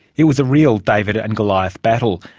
it was a real david and goliath battle,